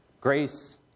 Grace